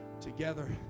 together